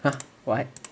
!huh! what